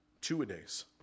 Two-a-days